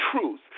truth